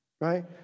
Right